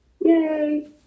Yay